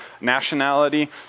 nationality